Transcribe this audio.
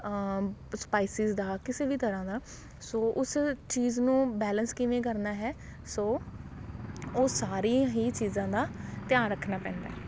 spices ਦਾ ਕਿਸੇ ਵੀ ਤਰ੍ਹਾਂ ਦਾ ਸੋ ਉਸ ਚੀਜ਼ ਨੂੰ ਬੈਲੇਂਸ ਕਿਵੇਂ ਕਰਨਾ ਹੈ ਸੋ ਉਹ ਸਾਰੇ ਹੀ ਚੀਜ਼ਾਂ ਦਾ ਧਿਆਨ ਰੱਖਣਾ ਪੈਂਦਾ